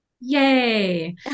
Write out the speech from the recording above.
Yay